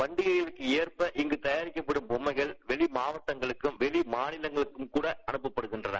பண்டிகைக்கு ஏற்ப இங்கு தயாரிக்கப்படும் பொம்மைகள் வெளிமாவட்டங்கள் மட்டுமின்றி வெளி மாநிலங்களுக்கும்கட அனப்பட்படுகின்றன